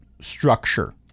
structure